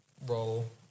role